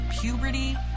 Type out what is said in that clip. puberty